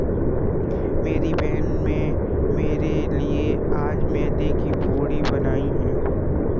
मेरी बहन में मेरे लिए आज मैदे की पूरी बनाई है